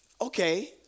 okay